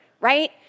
right